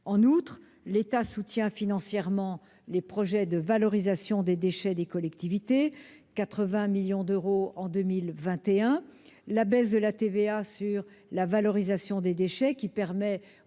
En outre, l'État soutient financièrement les projets de valorisation des déchets des collectivités, pour un montant de 80 millions d'euros en 2021. La baisse de la TVA sur la valorisation des déchets, elle aussi, permet aux